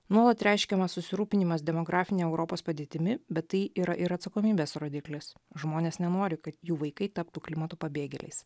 nuolat reiškiamas susirūpinimas demografine europos padėtimi bet tai yra ir atsakomybės rodiklis žmonės nenori kad jų vaikai taptų klimato pabėgėliais